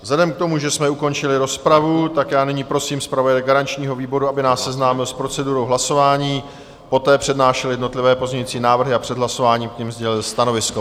Vzhledem k tomu, že jsme ukončili rozpravu, nyní prosím zpravodaje garančního výboru, aby nás seznámil s procedurou hlasování, poté přednášel jednotlivé pozměňovací návrhy a před hlasováním k nim sdělil stanovisko.